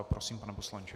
Prosím, pane poslanče.